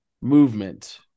movement